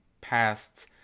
passed